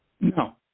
No